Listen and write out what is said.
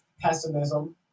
pessimism